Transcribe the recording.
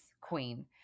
queen